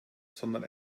sondern